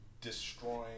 destroying